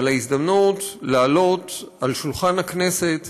ועל ההזדמנות להעלות על שולחן הכנסת